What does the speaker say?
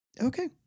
Okay